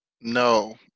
No